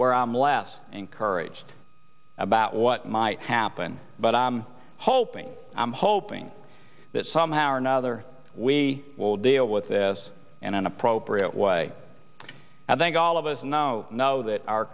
where i'm less encouraged about what might happen but i'm hoping i'm hoping that somehow or another we will deal with this in an appropriate way i think all of us know know that our